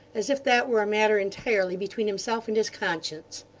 as if that were a matter entirely between himself and his conscience.